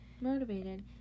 Motivated